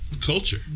culture